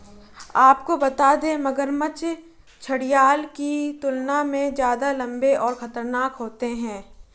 आपको बता दें, मगरमच्छ घड़ियाल की तुलना में ज्यादा लम्बे और खतरनाक होते हैं